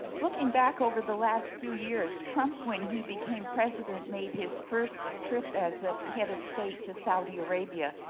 looking back over the last few years, trump, when he became president made his first trip as a head of state to saudi arabia.